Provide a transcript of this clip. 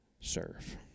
serve